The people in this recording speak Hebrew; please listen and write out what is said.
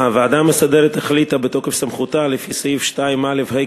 הוועדה המסדרת החליטה בתוקף סמכותה לפי סעיף 2א(ה)